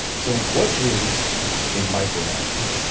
so, what is a micromastery?